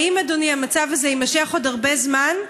האם, אדוני, המצב הזה יימשך עוד הרבה זמן?